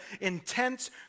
intense